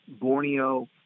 Borneo